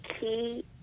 key